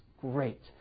great